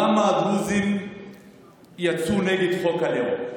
למה הדרוזים יצאו נגד חוק הלאום?